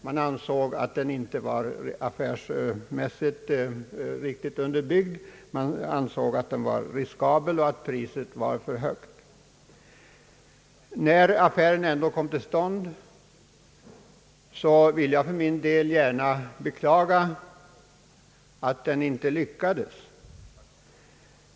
Man ansåg att den inte var affärsmässigt riktigt underbyggd, att den var riskabel och att priset var för högt. När affären ändå kom till stånd vill jag för min del beklaga att den inte lyckades.